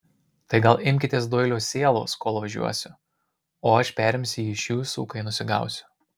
tai gal imkitės doilio sielos kol važiuosiu o aš perimsiu jį iš jūsų kai nusigausiu